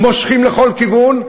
מושכים לכל כיוון,